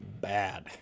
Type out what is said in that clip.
bad